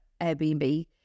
airbnb